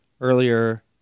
earlier